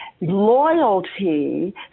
loyalty